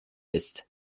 ist